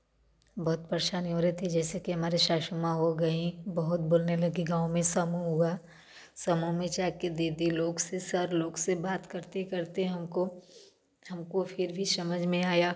बहुत परेशानी हो रही थी जैसे कि हमारे सासू माँ हो गई बहुत बोलने लगी गाँव में समूह हुआ समूह में जाके दीदी लोग से सर लोग से बात करते करते हमको हमको फिर भी समझ में आया